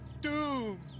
doom